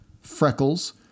freckles